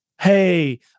hey